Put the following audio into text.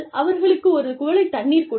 அவர்களுக்கு ஒரு குவளை தண்ணீர் கொடுங்கள்